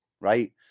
right